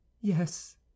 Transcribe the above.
yes